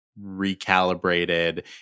recalibrated